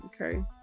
Okay